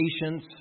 patience